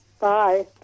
Bye